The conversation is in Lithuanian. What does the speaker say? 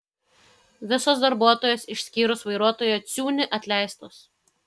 visos darbuotojos išskyrus vairuotoją ciūnį atleistos